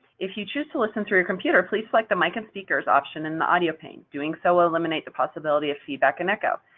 if you choose to listen through your computer, please select the mic and speakers option in the audio pane. doing so will eliminate the possibility of feedback and echo.